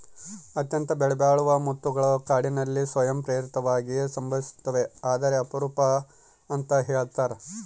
ಅತ್ಯಂತ ಬೆಲೆಬಾಳುವ ಮುತ್ತುಗಳು ಕಾಡಿನಲ್ಲಿ ಸ್ವಯಂ ಪ್ರೇರಿತವಾಗಿ ಸಂಭವಿಸ್ತವೆ ಆದರೆ ಅಪರೂಪ ಅಂತ ಹೇಳ್ತರ